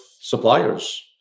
suppliers